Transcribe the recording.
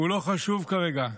הוא לא חשוב כרגע.